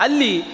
Ali